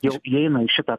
jau įeina į šitą